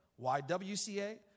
YWCA